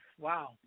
Wow